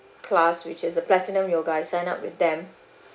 class which is the platinum yoga I sign up with them